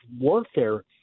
warfare